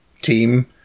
team